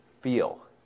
feel